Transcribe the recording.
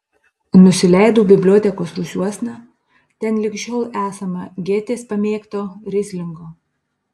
nusileidau bibliotekos rūsiuosna ten lig šiol esama gėtės pamėgto rislingo